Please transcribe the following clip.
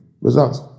results